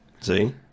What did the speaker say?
See